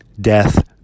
death